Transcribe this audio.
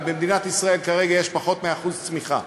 ובמדינת ישראל כרגע יש פחות מ-1% צמיחה,